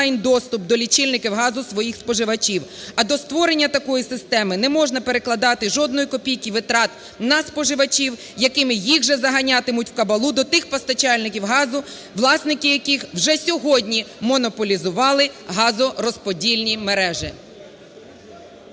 до лічильників газу своїх споживачів. А до створення такої системи не можна перекладати жодної копійки витрат на споживачів, якими їх же заганятимуть в кабалу до тих постачальників газу, власники яких вже сьогодні монополізували газорозподільні мережі.